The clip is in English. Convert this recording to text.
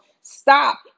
stop